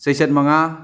ꯆꯩꯆꯦꯠ ꯃꯉꯥ